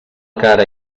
cara